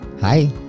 Hi